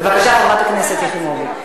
בבקשה, חברת הכנסת יחימוביץ.